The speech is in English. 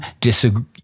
disagree